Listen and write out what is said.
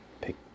pick